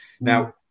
Now